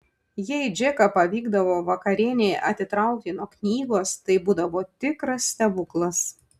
jei džeką pavykdavo vakarienei atitraukti nuo knygos tai būdavo tikras stebuklas